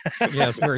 Yes